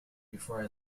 before